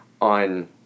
on